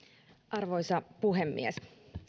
arvoisa puhemies